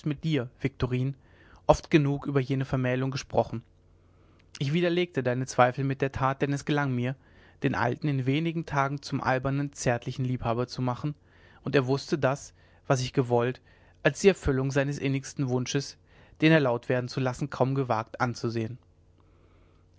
mit dir viktorin oft genug über jene vermählung gesprochen ich widerlegte deine zweifel mit der tat denn es gelang mir den alten in wenigen tagen zum albernen zärtlichen liebhaber zu machen und er mußte das was ich gewollt als die erfüllung seines innigsten wunsches den er laut werden zu lassen kaum gewagt ansehen